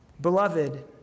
Beloved